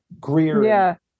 Greer